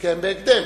להתקיים בהקדם.